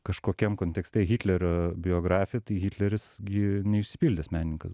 kažkokiam kontekste hitlerio biografiją tai hitleris gi neišsipildęs menininkas